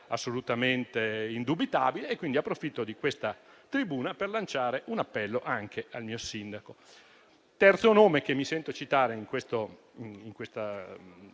assolutamente indubitabile, quindi approfitto di questa tribuna per lanciare un appello anche al mio sindaco. Il terzo nome che mi sento di citare in questa lista